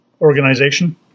organization